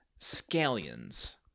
scallions